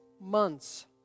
months